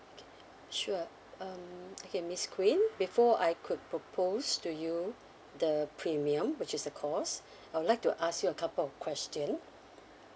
sure um okay miss queen before I could propose to you the premium which is a cost I would like to ask you a couple of question